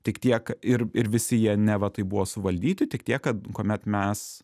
tik tiek ir ir visi jie neva tai buvo suvaldyti tik tiek kad kuomet mes